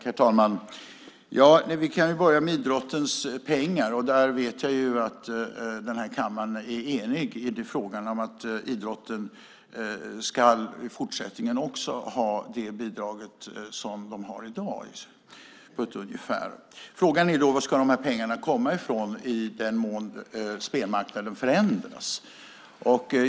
Herr talman! Jag kan börja med idrottens pengar. Jag vet att den här kammaren är enig i frågan om att idrotten i fortsättningen också ska ha ungefär det bidrag som man har i dag. Frågan är varifrån dessa pengar ska komma i den mån som spelmarknaden förändras.